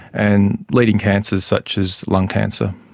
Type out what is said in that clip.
and leading cancers such as lung cancer.